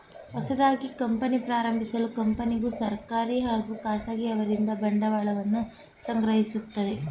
ಹೊಸದಾಗಿ ಕಂಪನಿ ಪ್ರಾರಂಭಿಸಲು ಕಂಪನಿಗೂ ಸರ್ಕಾರಿ ಹಾಗೂ ಖಾಸಗಿ ಅವರಿಂದ ಬಂಡವಾಳವನ್ನು ಸಂಗ್ರಹಿಸುತ್ತದೆ